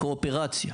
קואופרציה.